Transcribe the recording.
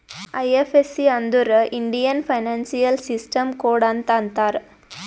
IFSC ಅಂದುರ್ Indian financial system code ಅಂತ್ ಅಂತಾರ್